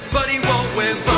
but he won't whip